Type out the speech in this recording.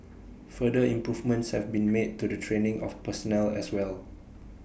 further improvements have been made to the training of personnel as well